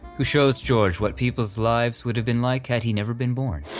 who shows george what people's lives would have been like had he never been born.